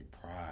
pride